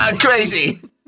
Crazy